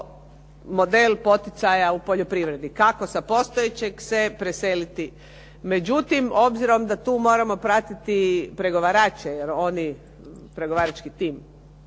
model poticaja u poljoprivredi kako sa postojećeg se preseliti. Međutim, obzirom da tu moramo pratiti pregovarače jer oni, pregovarački tim